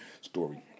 story